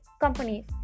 companies